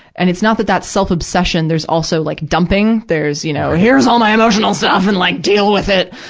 and it's not that that's self-obsession. there's also, like, dumping. there's you know, here's all my emotional stuff! and, like, deal with it!